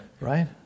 right